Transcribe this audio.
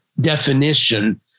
definition